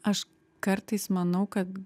aš kartais manau kad